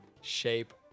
shape